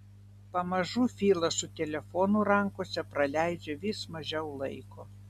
pamažu filas su telefonu rankose praleidžia vis mažiau laiko